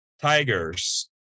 tigers